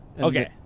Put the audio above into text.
Okay